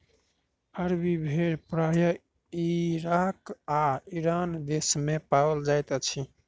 अरबी भेड़ प्रायः इराक आ ईरान देस मे पाओल जाइत अछि